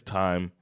time